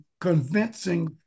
convincing